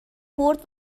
برد